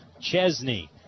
Chesney